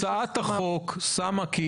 אנחנו הורים סובלים,